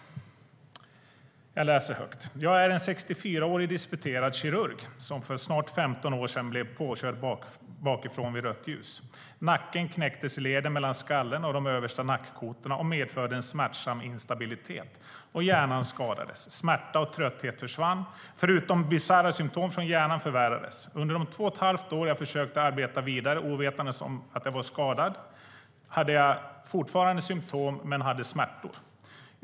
Jag läser högt: Jag är en 64-årig disputerad kirurg som för snart 15 år sedan blev påkörd bakifrån vid rött ljus. Nacken knäcktes i leden mellan skallen och de översta nackkotorna vilket medförde en smärtsam instabilitet. Hjärnan skadades. Smärta och trötthet försvann, förutom bisarra symtom från hjärnan som förvärrades. Under de två och ett halvt år som jag försökte arbeta vidare ovetandes om att jag var skadad hade jag fortfarande symtom och smärtor.